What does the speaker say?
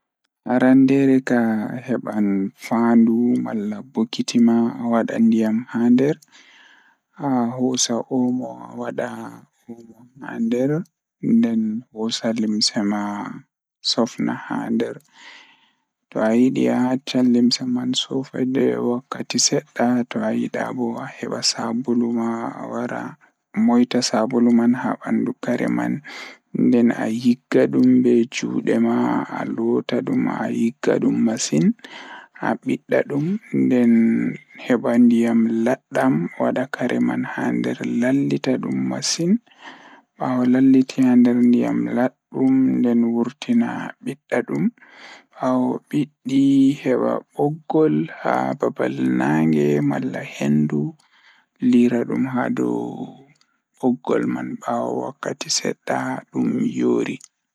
Njidi nguurndam ngam sabu njiddude sabu ɗiɗi, fota waawaa njiddaade e loowdi so tawii nguurndam waawataa njillataa. Hokkondir leydi ngal e ndiyam ngal e keɓa joom ndiyam ngoni njiddude walla sabu. Njillataa e ɗoon njiddude e ko o waawataa njiddude ngal. Hokkondir sabu e ɗiɗi ngal ngal.